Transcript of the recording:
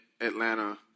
Atlanta